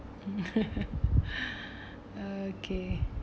mm uh okay